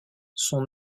son